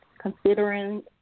considering